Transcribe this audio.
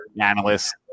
analysts